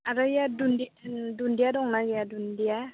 आरो बै दुनदिया दंना गैया दुनदिया